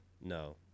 No